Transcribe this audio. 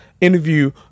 interview